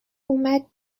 اومد